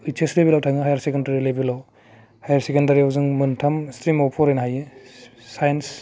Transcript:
ओइस एस लेभेलाव थाङो हायार सेकेण्डारि लेभेलाव हायार सेकेण्डारिआव जों मोनथाम स्ट्रिमाव फरायनो हायो साइन्स